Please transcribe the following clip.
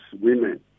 women